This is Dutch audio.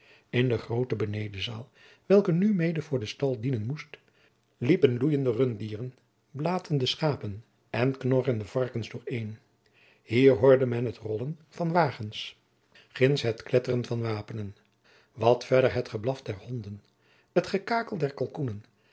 in de groote benedenzaal welke nu mede voor stal dienen moest liepen loeiende runddieren blaetende schapen en knorrende varkens door een hier hoorde men het rollen van wagens ginds het kletteren van wapenen wat verder het geblaf der honden het gekakel der kalkoenen